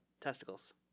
testicles